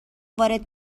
وارد